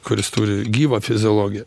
kuris turi gyvą fiziologiją